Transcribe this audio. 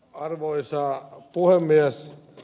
arvoisa puhemies